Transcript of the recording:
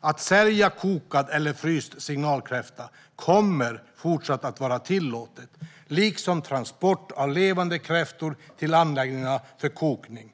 Att sälja kokade eller frysta signalkräftor kommer fortsatt att vara tillåtet liksom transport av levande kräftor till anläggningar för kokning.